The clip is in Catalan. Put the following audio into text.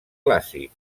clàssic